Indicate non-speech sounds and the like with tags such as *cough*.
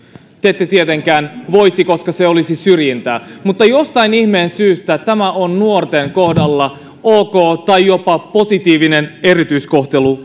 te ette tietenkään voisi koska se olisi syrjintää mutta jostain ihmeen syystä tämä on nuorten kohdalla ok tai jopa positiivinen erityiskohtelu *unintelligible*